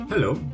Hello